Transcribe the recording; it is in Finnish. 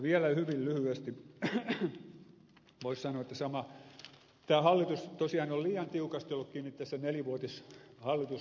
vielä hyvin lyhyesti voisi sanoa että tämä hallitus tosiaan on liian tiukasti ollut kiinni tässä nelivuotishallitussopimuksessa